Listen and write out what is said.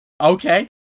Okay